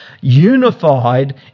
unified